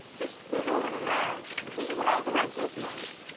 just wiggle it around until you hit all the right gizmos.